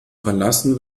verlassen